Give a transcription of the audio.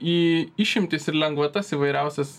į išimtis ir lengvatas įvairiausias